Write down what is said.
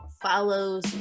follows